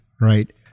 right